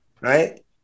Right